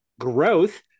growth